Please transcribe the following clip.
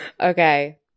Okay